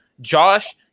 Josh